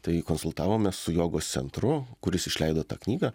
tai konsultavomės su jogos centru kuris išleido tą knygą